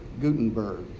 Gutenberg